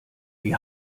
die